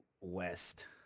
West